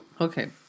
Okay